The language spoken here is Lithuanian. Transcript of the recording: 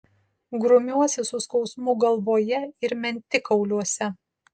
grumiuosi su skausmu galvoje ir mentikauliuose